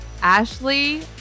Ashley